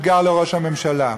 אתגר לראש הממשלה: